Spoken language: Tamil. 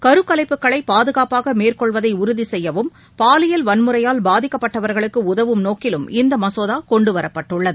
கருகலைப்புகளைபாதுகாப்பாகமேற்கொள்வதைஉறுதிசெய்யவும் பாலியல் வன்முறையால் பாதிக்கப்பட்டவர்களுக்குஉதவும் நோக்கிலும் இந்தமசோதாகொண்டுவரப்பட்டுள்ளது